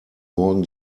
morgen